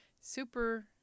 Super